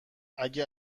اگه